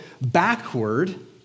backward